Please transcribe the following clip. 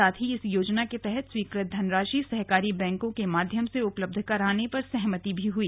साथ ही इस योजना के तहत स्वीकृत धनराशि सहकारी बैंकों के माध्यम से उपलब्ध कराने पर सैद्वान्तिक सहमति भी हुई